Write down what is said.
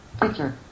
Picture